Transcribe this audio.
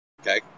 okay